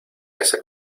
esa